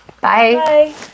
Bye